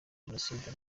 jenoside